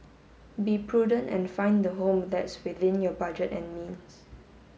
be prudent and find a home that's within your budget and means